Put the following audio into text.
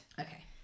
Okay